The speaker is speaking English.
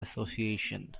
association